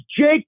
Jake